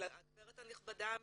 הגברת הנכבדה